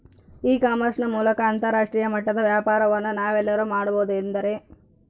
E commerce ನ ಮೂಲಕ ಅಂತರಾಷ್ಟ್ರೇಯ ಮಟ್ಟದ ವ್ಯಾಪಾರವನ್ನು ನಾವೆಲ್ಲರೂ ಮಾಡುವುದೆಂದರೆ?